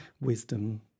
wisdom